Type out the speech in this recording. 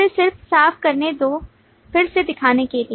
मुझे सिर्फ साफ करने दो फिर से दिखाने के लिए